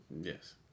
Yes